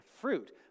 fruit